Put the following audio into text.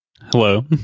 Hello